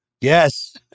Yes